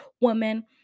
woman